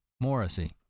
Morrissey